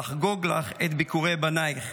/ לחגוג לך את ביכורי בנייך.